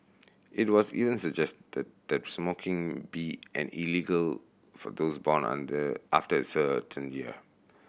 it was even suggested that smoking be an illegal for those born on their after a certain year